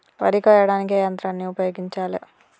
వరి కొయ్యడానికి ఏ యంత్రాన్ని ఉపయోగించాలే?